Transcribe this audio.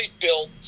built